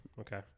okay